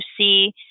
see